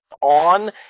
on